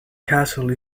castle